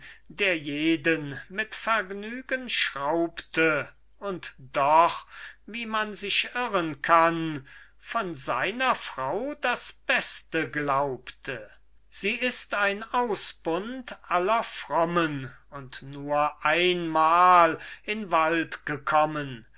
der jeden mit vergnügen schraubte und doch wie man sich irren kann von seiner frau das beste glaubte sie ist ein ausbund aller frommen und nur einmal in wald gekommen